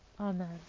Amen